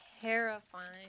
terrifying